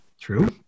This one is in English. True